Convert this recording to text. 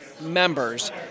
members